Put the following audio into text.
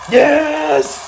yes